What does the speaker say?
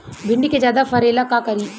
भिंडी के ज्यादा फरेला का करी?